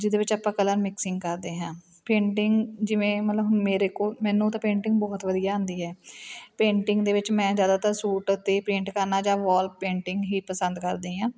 ਜਿਹਦੇ ਵਿੱਚ ਆਪਾਂ ਕਲਰ ਮਿਕਸਿੰਗ ਕਰਦੇ ਹਾਂ ਪੇਂਟਿੰਗ ਜਿਵੇਂ ਮਤਲਬ ਮੇਰੇ ਕੋਲ ਮੈਨੂੰ ਤਾਂ ਪੇਂਟਿੰਗ ਬਹੁਤ ਵਧੀਆ ਆਉਂਦੀ ਹੈ ਪੇਂਟਿੰਗ ਦੇ ਵਿੱਚ ਮੈਂ ਜ਼ਿਆਦਾਤਰ ਸੂਟ 'ਤੇ ਪੇਂਟ ਕਰਨਾ ਜਾਂ ਵੋਲ ਪੇਂਟਿੰਗ ਹੀ ਪਸੰਦ ਕਰਦੀ ਹਾਂ